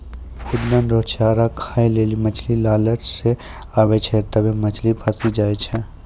खुद्दन रो चारा खाय लेली मछली लालच से आबै छै तबै मछली फंसी जाय छै